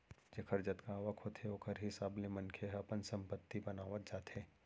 जेखर जतका आवक होथे ओखर हिसाब ले मनखे ह अपन संपत्ति बनावत जाथे